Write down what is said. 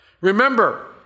remember